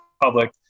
public